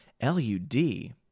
L-U-D